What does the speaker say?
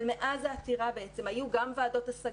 אבל מאז העתירה היו גם ועדות השגה,